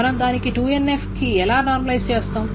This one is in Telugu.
మనం దానిని 2NF కి ఎలా నార్మలైజ్ చేస్తాం